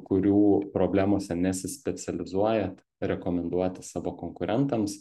kurių problemose nesispecializuoja rekomenduoti savo konkurentams